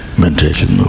meditation